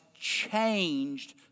changed